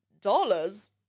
Dollars